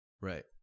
right